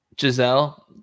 Giselle